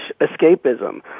escapism